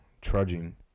trudging